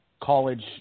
college